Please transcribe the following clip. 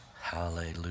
Hallelujah